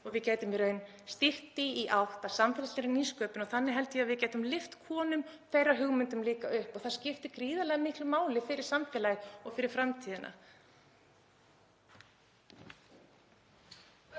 og í raun stýrt því í átt að samfélagslegri nýsköpun. Þannig held ég að við getum lyft konum og þeirra hugmyndum líka upp og það skiptir gríðarlega miklu máli fyrir samfélagið og fyrir framtíðina.